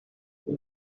quel